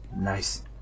Nice